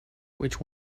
which